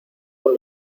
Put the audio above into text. con